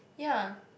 ya